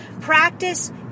practice